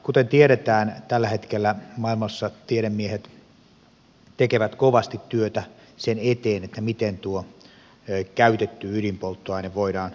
kuten tiedetään tällä hetkellä maailmassa tiedemiehet tekevät kovasti työtä sen eteen miten tuo käytetty ydinpolttoaine voidaan jatkossa hyödyntää